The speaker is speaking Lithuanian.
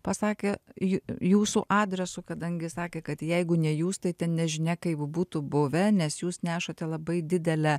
pasakė ji jūsų adresu kadangi sakė kad jeigu ne jūs tai ten nežinia kaip būtų buvę nes jūs nešate labai didelę